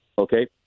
Okay